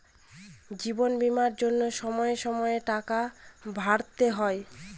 জীবন বীমার জন্য সময়ে সময়ে টাকা ভরতে হয়